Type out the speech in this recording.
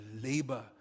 labor